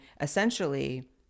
essentially